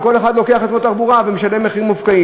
כל אחד לוקח לעצמו תחבורה ומשלם מחיר מופקע.